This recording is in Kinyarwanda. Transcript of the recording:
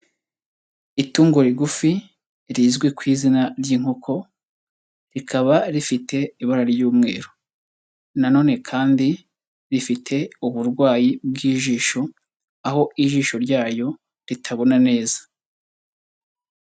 Itungo rigufi rizwi ku izina ry'inkoko rikaba rifite ibara ry'umweru na none kandi rifite uburwayi bw'ijisho, aho ijisho ryayo ritabona neza.